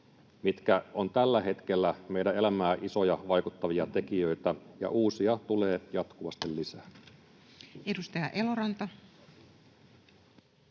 mitkä ovat tällä hetkellä meidän elämään isosti vaikuttavia tekijöitä, ja uusia tulee jatkuvasti lisää. [Speech 21]